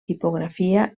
tipografia